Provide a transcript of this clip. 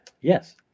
Yes